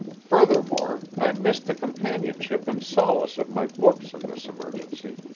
furthermore i missed the companionship and solace of my books in this emergency,